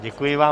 Děkuji vám.